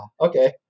okay